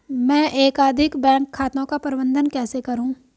मैं एकाधिक बैंक खातों का प्रबंधन कैसे करूँ?